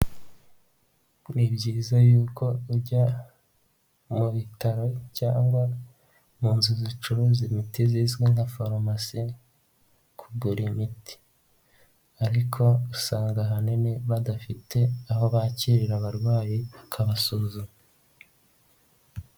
Ni byiza yuko ujya mu bitaro cyangwa mu nzu zicuruza imiti zizwi nka farumasi kugura imiti ariko usanga ahanini badafite aho bakirira abarwayi bakabasuzuma.